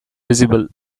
visible